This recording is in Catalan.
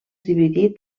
dividit